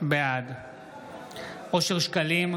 בעד אושר שקלים,